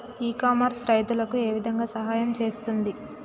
ఇ commerce రైతులకు ఏ విధంగా సహాయం చేస్తుంది?